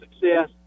success